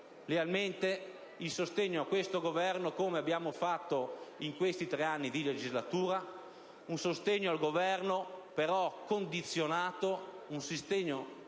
lealmente il sostegno a questo Governo, come abbiamo fatto in questi tre anni di legislatura: un sostegno al Governo, condizionato però,